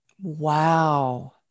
Wow